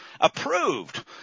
approved